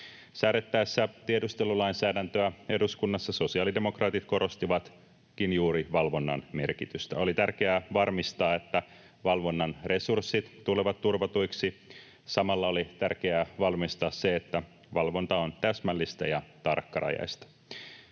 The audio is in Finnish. Säädettäessä tiedustelulainsäädäntöä eduskunnassa sosiaalidemokraatit korostivatkin juuri valvonnan merkitystä. Oli tärkeää varmistaa, että valvonnan resurssit tulevat turvatuiksi. Samalla oli tärkeää varmistaa se, että valvonta on täsmällistä ja tarkkarajaista.